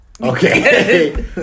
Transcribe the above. Okay